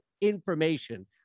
information